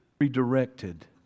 redirected